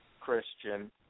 Christian